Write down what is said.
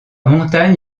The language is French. montagne